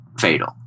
fatal